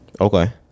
Okay